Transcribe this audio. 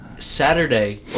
saturday